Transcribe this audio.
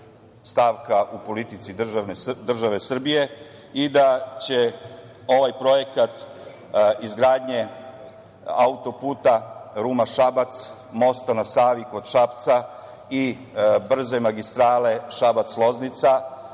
stavka u politici države Srbije i da će ovaj projekat izgradnje autoputa Ruma – Šabac, mosta na Savi kod Šapca i brze magistrale Šabac – Loznica